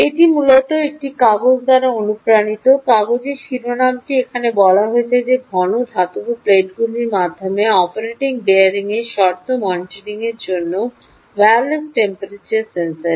এটি মূলত একটি কাগজ দ্বারা অনুপ্রাণিত কাগজের শিরোনামটি এখানে বলা হয়েছে যে ঘন ধাতব প্লেটগুলির মাধ্যমে অপারেটিং বিয়ারিংয়ের শর্ত মনিটরিংয়ের জন্য ওয়্যারলেস টেম্পারেচার সেন্সর